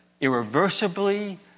irreversibly